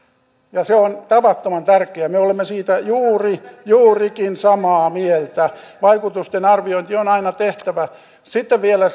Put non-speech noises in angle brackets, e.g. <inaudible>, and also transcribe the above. ja se on tavattoman tärkeää me olemme siitä juurikin samaa mieltä vaikutusten arviointi on aina tehtävä sitten vielä <unintelligible>